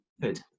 Good